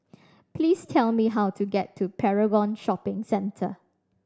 please tell me how to get to Paragon Shopping Centre